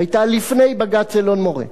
היתה לפני בג"ץ אלון-מורה,